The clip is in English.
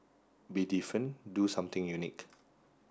be different do something unique